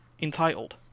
entitled